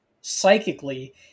psychically